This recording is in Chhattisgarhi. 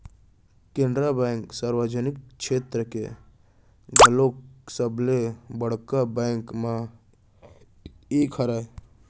केनरा बेंक सार्वजनिक छेत्र के घलोक सबले बड़का बेंक मन म एक हरय